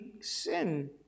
sin